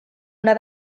una